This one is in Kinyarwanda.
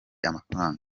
amafaranga